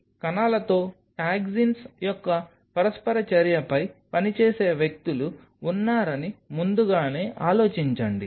కాబట్టి కణాలతో టాక్సిన్స్ యొక్క పరస్పర చర్యపై పనిచేసే వ్యక్తులు ఉన్నారని ముందుగానే ఆలోచించండి